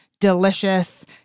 Delicious